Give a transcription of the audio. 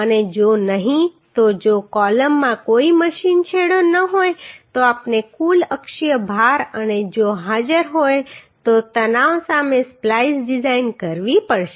અને જો નહિં તો જો કોલમમાં કોઈ મશીન છેડો ન હોય તો આપણે કુલ અક્ષીય ભાર અને જો હાજર હોય તો તણાવ સામે સ્પ્લાઈસ ડિઝાઇન કરવી પડશે